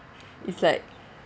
it's like